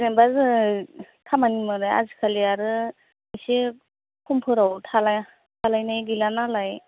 जेनेबा जोङो खामानि मावनाय आजिखालि आरो आसे खमफोराव थाला थालायनाय गैला नालाय